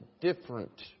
different